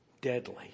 deadly